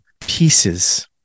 pieces